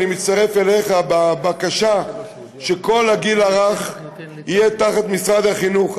אני מצטרף אליך בבקשה שכל הגיל הרך יהיה תחת משרד החינוך.